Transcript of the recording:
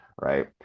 right